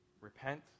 Repent